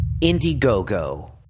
indiegogo